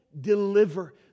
deliver